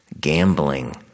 gambling